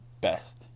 best